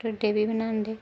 टोड्डे बी बनांदे